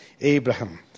Abraham